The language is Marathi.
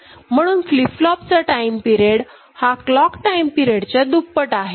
म्हणून फ्लीप फ्लोप A चा टाईम पिरिएड हा क्लॉक टाईम पिरिएडच्या दुप्पट आहे